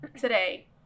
today